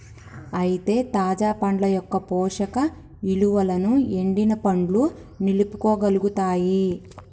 అయితే తాజా పండ్ల యొక్క పోషక ఇలువలను ఎండిన పండ్లు నిలుపుకోగలుగుతాయి